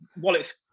wallets